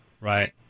Right